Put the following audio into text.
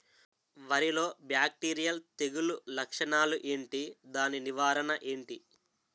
వరి లో బ్యాక్టీరియల్ తెగులు లక్షణాలు ఏంటి? దాని నివారణ ఏంటి?